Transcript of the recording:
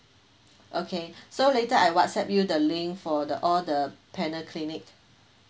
okay so later I whatsapp you the link for the all the panel clinic